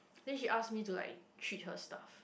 then she ask me to like treat her stuff